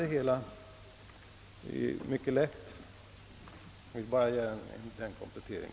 Herr talman! Jag har bara velat göra denna komplettering.